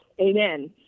Amen